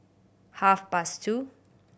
half past two